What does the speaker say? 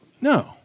No